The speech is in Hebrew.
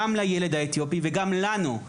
גם לילד האתיופי וגם לנו,